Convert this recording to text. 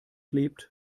lebt